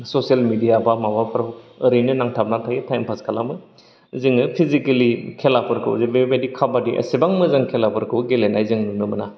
social media बा माबाफ्राव ओरैनो नांथाबना थायो ओरैनो टाइम पास खालामो जोङो फिसिकेलि खेलाफोरखौ जे बेबायदि खाबादि एसेबां मोजां खेलाफोरखौ गेलेनाय जों नुनो मोना